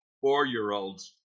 four-year-olds